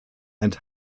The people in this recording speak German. und